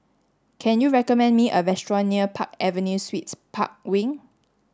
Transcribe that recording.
can you recommend me a restaurant near Park Avenue Suites Park Wing